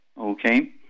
Okay